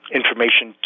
information